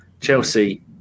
Chelsea